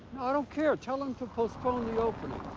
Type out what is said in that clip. don't care. tell him to postpone the opening.